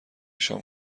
شام